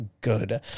good